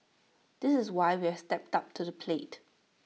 this is why we've stepped up to the plate